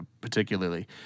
particularly